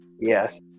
Yes